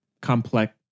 complex